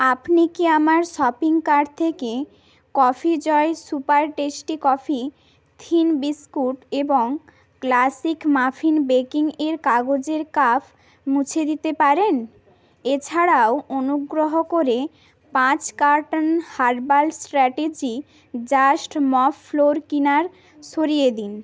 আপনি কি আমার শপিং কার্ট থেকে coffee Joy super tasty coffee thin biscuit এবং ক্লাসিক মাফিন বেকিং এর কাগজের কাপ মুছে দিতে পারেন এছাড়াও অনুগ্রহ করে পাঁচ carton herbal strategy just mop floor cleaner সরিয়ে দিন